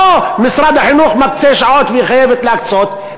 לא משרד החינוך מקצה שעות והיא חייבת להקצות,